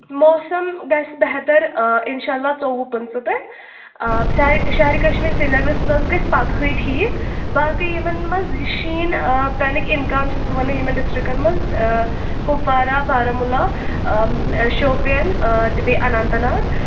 موسم گَژھِ بہتر اِنشااللہ ژۄوُہ پٕنٛژٕ پٮ۪ٹھ شہرِ شہیرِ کشمیٖر سرینگرس منٛز گَژھِ پگہٕے ٹھیٖک باقٕے یِمن منٛز شیٖن پٮ۪نٕکۍ اِمکان چھَس بہٕ وَنان یِمن ڈِسٹرکن منٛز کُوپوارا باراہمولہ شوپین تہٕ بیٚیہِ اننت ناگ